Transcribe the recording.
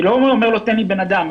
אני לא אומר תן לי בן אדם,